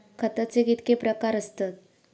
खताचे कितके प्रकार असतत?